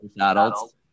Adults